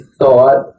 thought